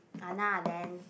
ah nah then